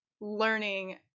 learning